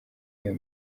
iyo